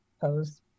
pose